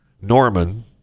Norman